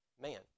man